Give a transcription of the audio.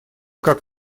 как